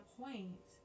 point